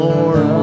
More